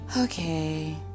Okay